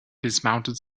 dismounted